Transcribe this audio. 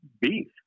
beef